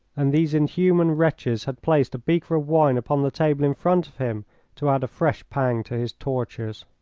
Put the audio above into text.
and these inhuman wretches had placed a beaker of wine upon the table in front of him to add a fresh pang to his tortures.